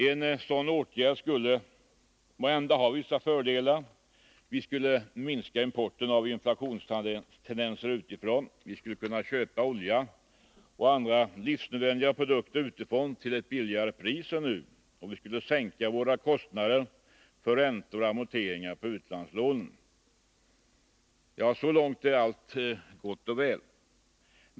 En sådan åtgärd skulle måhända ha vissa fördelar — vi skulle minska importen av inflationstendenser utifrån, vi skulle kunna köpa olja och andra livsnödvändiga produkter utifrån till ett lägre pris än nu och vi skulle sänka våra kostnader för räntor och amorteringar på utlandslånen. Så långt är allt gott och väl.